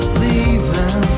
leaving